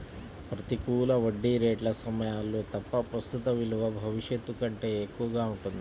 ప్రతికూల వడ్డీ రేట్ల సమయాల్లో తప్ప, ప్రస్తుత విలువ భవిష్యత్తు కంటే ఎక్కువగా ఉంటుంది